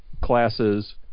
classes